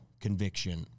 conviction